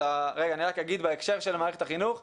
אני רק אגיד בהקשר של מערכת החינוך,